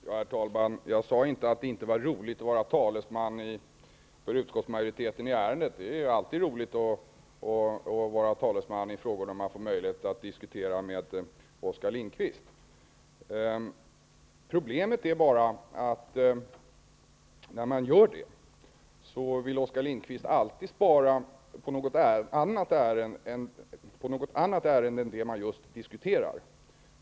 Herr talman! Jag sade inte att det inte var roligt att vara talesman för utskottsmajoriteten i ärendet. Det är alltid roligt att vara talesman i frågor där man får möjlighet att diskutera med Oskar Problemet är bara att när man diskuterar så vill Oskar Lindkvist alltid spara på något annat än vad som avses i det ärende man just diskuterar.